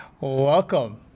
Welcome